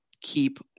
Keep